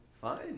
Fine